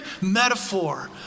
metaphor